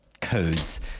codes